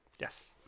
Yes